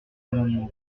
amendement